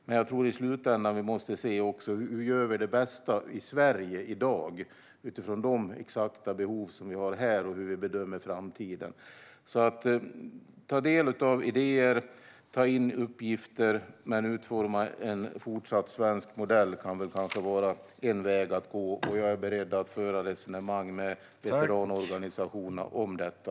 Men i slutändan tror jag att vi måste se hur vi ska göra det bästa i Sverige i dag utifrån de exakta behov vi har här och hur vi bedömer framtiden. Att ta del av idéer och ta in uppgifter men fortsatt utforma en svensk modell kan kanske vara en väg att gå. Jag är beredd att föra resonemang med veteranorganisationerna om detta.